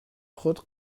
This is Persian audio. خود